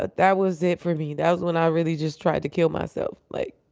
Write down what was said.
but that was it for me. that was when i really just tried to kill myself. like,